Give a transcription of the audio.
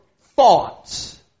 thoughts